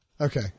Okay